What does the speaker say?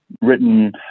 written